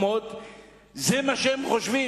מה שהן חושבות,